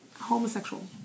Homosexual